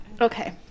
Okay